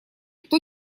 кто